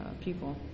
people